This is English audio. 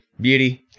Beauty